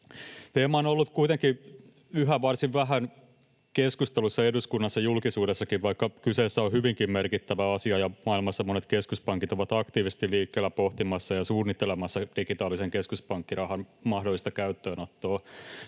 Teema on ollut kuitenkin yhä varsin vähän keskustelussa eduskunnassa ja julkisuudessakin, vaikka kyseessä on hyvinkin merkittävä asia ja maailmassa monet keskuspankit ovat aktiivisesti liikkeellä pohtimassa ja suunnittelemassa digitaalisen keskuspankkirahan mahdollista käyttöönottoa.